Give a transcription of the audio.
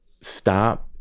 stop